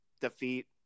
defeat